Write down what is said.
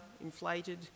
inflated